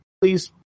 please